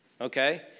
Okay